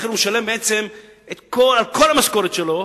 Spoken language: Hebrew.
לכן הוא משלם בעצם על כל המשכורת שלו,